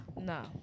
No